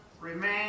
Remain